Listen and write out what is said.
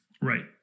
right